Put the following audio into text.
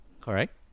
Correct